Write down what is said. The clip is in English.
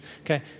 Okay